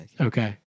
Okay